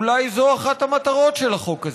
אולי זו אחת המטרות של החוק הזה,